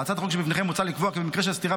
בהצעת החוק שבפניכם מוצא לקבוע כי במקרה של סתירה